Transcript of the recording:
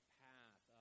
path